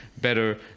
better